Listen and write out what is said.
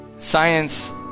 Science